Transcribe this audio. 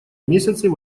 месяцы